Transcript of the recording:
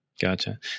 Gotcha